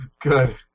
Good